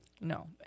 No